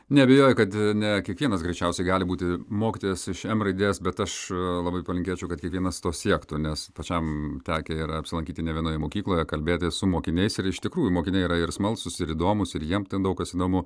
neabejoju kad ne kiekvienas greičiausiai gali būti mokytojas iš em raidės bet aš labai palinkėčiau kad kiekvienas to siektų nes pačiam tekę yra apsilankyti ne vienoje mokykloje kalbėtis su mokiniais ir iš tikrųjų mokiniai yra ir smalsūs ir įdomūs ir jiem daug kas įdomu